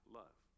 love